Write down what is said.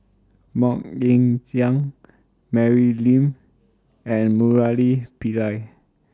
Mok Ying Jang Mary Lim and Murali Pillai